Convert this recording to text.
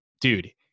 dude